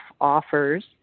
offers